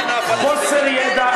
חוסר ידע,